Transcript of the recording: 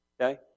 Okay